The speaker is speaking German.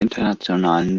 internationalen